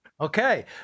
Okay